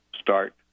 start